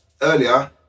earlier